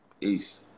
Peace